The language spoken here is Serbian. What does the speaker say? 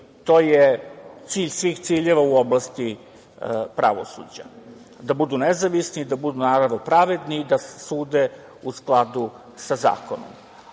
to je cilj svih ciljeva u oblasti pravosuđa, da budu nezavisni, da budu naravno pravedni i da sude u skladu sa zakonom. To